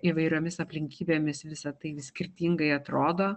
įvairiomis aplinkybėmis visa tai skirtingai atrodo